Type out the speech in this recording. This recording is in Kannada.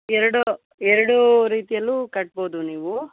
ಎರಡು ಎರಡೂ ರೀತಿಯಲ್ಲೂ ಕಟ್ಬೋದು ನೀವು